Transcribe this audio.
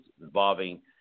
involving